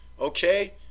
okay